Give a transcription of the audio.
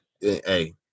hey